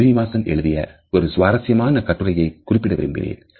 Srinivasan எழுதிய ஒரு சுவாரசியமான கட்டுரையை குறிப்பிட விரும்புகிறேன்